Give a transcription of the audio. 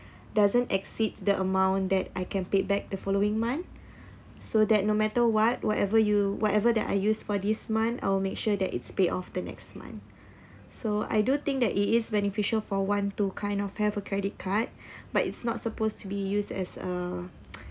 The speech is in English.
doesn't exceed the amount that I can paid back the following month so that no matter what whatever you whatever that I used for this month I'll make sure that it's paid off the next month so I do think that it is beneficial for one to kind of have a credit card but it's not supposed to be used as a